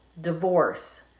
divorce